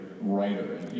writer